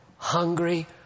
hungry